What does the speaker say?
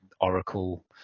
oracle